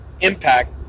impact